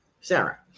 sarah